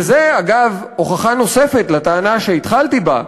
וזה, אגב, הוכחה נוספת לטענה שהתחלתי בה,